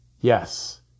Yes